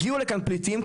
הגיעו לכאן פליטים,